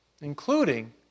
including